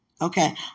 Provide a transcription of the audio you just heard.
Okay